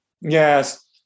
Yes